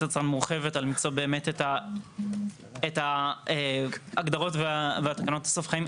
יצרן מורחבת על למצוא את ההגדרות והתקנות לסוף חיים.